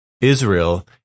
Israel